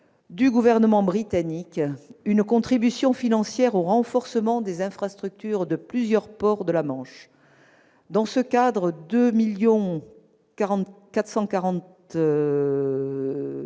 du gouvernement britannique une contribution financière au renforcement des infrastructures de plusieurs ports de la Manche. Dans ce cadre, 2,44